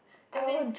as in